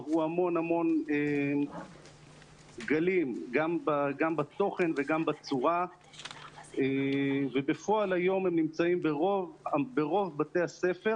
עברו המון גלים גם בתוכן וגם בצורה ובפועל היום הם נמצאים ברוב בתי הספר